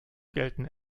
gelten